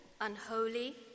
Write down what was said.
unholy